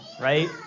right